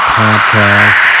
podcast